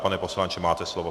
Pane poslanče, máte slovo.